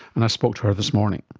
and i spoke to her this morning.